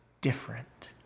different